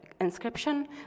inscription